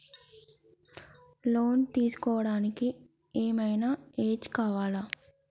Loan తీస్కోవడానికి ఏం ఐనా ఏజ్ కావాలా?